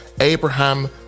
Abraham